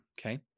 Okay